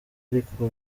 ariko